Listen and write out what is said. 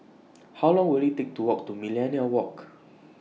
How Long Will IT Take to Walk to Millenia Walk